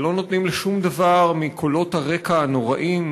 ולא נותנים לשום דבר מקולות הרקע הנוראיים